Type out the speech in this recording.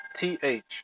TH